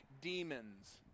demons